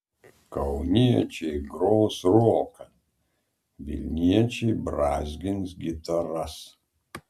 kauniečiai gros roką vilniečiai brązgins gitaras